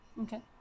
okay